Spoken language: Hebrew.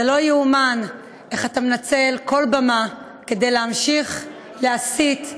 זה לא יאומן איך אתה מנצל כל במה כדי להמשיך להסית,